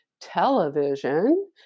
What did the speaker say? television